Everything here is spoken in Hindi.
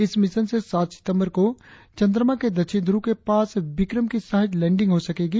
इस मिशन से सात सितंबर को चंद्रमा के दक्षिणी ध्रुव के पास विक्रम की सहज लैंडिंग हो सकेगी